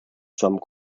some